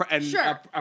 Sure